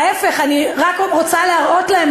אני רק רוצה להראות להם,